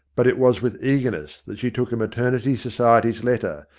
but it was with eagerness that she took a maternity society's letter,